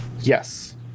Yes